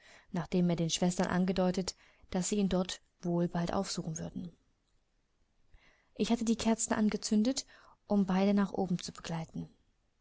nachdem er den schwestern angedeutet daß sie ihn dort wohl bald aufsuchen würden ich hatte die kerzen angezündet um beide nach oben zu geleiten